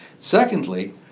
Secondly